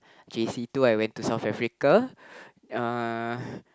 J_C two I went to South-Africa